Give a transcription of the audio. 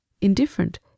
indifferent